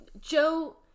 Joe